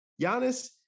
Giannis